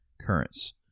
currents